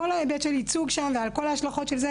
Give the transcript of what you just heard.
על כל ההיבט של ייצוג שם ועל כל ההשלכות של זה,